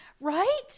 right